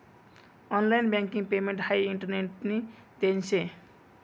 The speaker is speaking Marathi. ऑनलाइन बँकिंग पेमेंट हाई इंटरनेटनी देन शे